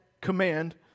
command